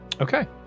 Okay